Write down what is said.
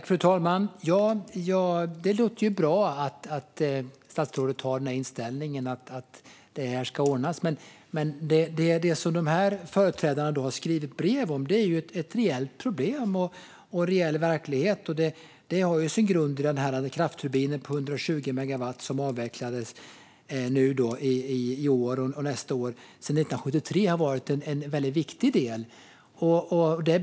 Fru talman! Det låter bra att statsrådet har inställningen att det här ska ordnas. Men det som företrädarna har skrivit brev om är ett reellt problem och reell verklighet. Det har sin grund i den kraftturbin på 120 megawatt som avvecklas i år och nästa år och som sedan 1973 har varit en väldigt viktig del.